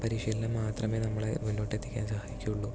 പരിശീലനം മാത്രമേ നമ്മളെ മുന്നോട്ട് എത്തിക്കാൻ സഹായിക്കുകയുള്ളൂ